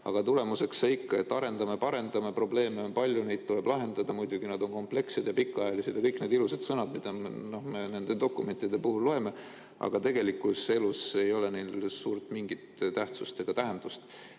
aga tulemuseks saime ikka, et arendame, parendame, probleeme on palju, neid tuleb lahendada, nad on muidugi komplekssed ja pikaajalised – kõik need ilusad sõnad, mida me nendest dokumentidest loeme. Aga tegelikus elus ei ole neil suurt tähtsust ega tähendust.